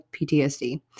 PTSD